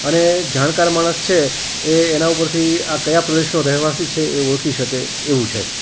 અને જાણકાર માણસ છે એ એના ઉપરથી આ કયા પ્રદેશનો રહેવાસી છે એ ઓળખી શકે એવું છે